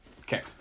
Okay